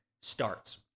starts